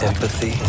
Empathy